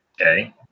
Okay